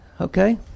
Okay